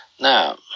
Now